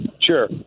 Sure